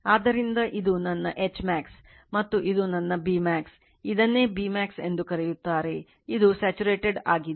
ಆದ್ದರಿಂದ ಇದು ನನ್ನ Hmax ಮತ್ತು ಇದು ನನ್ನ Bmax ಇದನ್ನೇ Bmax ಎಂದು ಕರೆಯುತ್ತಾರೆ ಇದು saturated ಆಗಿದೆ